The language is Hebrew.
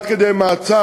עד כדי מעצר,